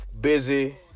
Busy